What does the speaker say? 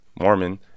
Mormon